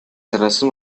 terrazas